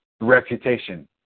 reputation